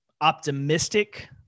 optimistic